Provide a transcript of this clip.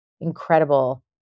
incredible